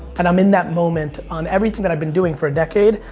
and i'm in that moment on everything that i've been doing for a decade.